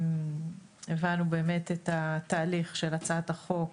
הבנו את התהליך של הצעת החוק